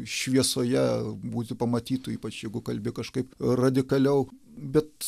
šviesoje būti pamatytu ypač jeigu kalbi kažkaip radikaliau bet